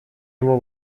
его